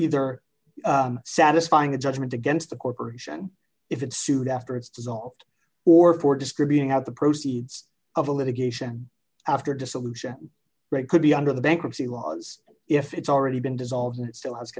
either satisfying a judgment against the corporation if it soon after it's dissolved or for distributing out the proceeds of a litigation after dissolution rate could be under the bankruptcy laws if it's already been dissolved and still has